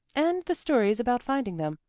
and the stories about finding them.